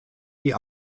die